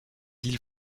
îles